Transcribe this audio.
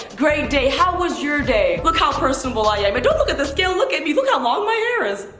great day! how was your day? look how personable i am. but don't look at the scale, look at me. look how long my hair is.